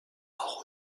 mort